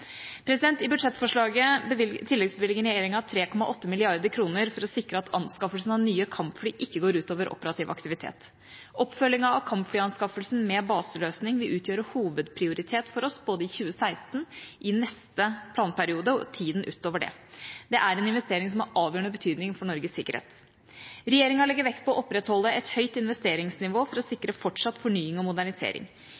I budsjettforslaget tilleggsbevilger regjeringa 3,8 mrd. kr for å sikre at anskaffelsen av nye kampfly ikke går ut over operativ aktivitet. Oppfølgingen av kampflyanskaffelsen med baseløsning vil utgjøre hovedprioritet for oss både i 2016, i neste planperiode og tida utover det. Det er en investering som har avgjørende betydning for Norges sikkerhet. Regjeringa legger vekt på å opprettholde et høyt investeringsnivå for å sikre fortsatt fornying og modernisering.